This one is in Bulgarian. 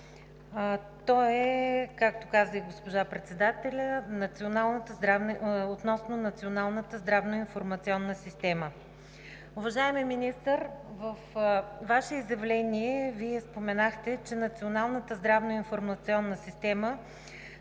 Той е, както каза и госпожа председателят, относно Националната здравна информационна система. Уважаеми господин Министър, във Ваше изявление Вие споменахте, че Националната здравна информационна система